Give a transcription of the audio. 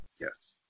Yes